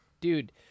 Dude